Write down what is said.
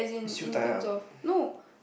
siew dai ah